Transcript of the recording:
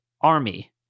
army